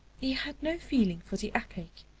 he had no feeling for the epic,